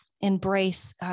embrace